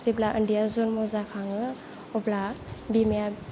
जेब्ला उन्दैआ जोनोम जाखाङो अब्ला बिमाया